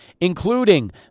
including